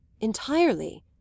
Entirely